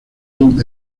son